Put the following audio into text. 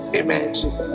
imagine